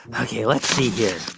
ok, let's see here.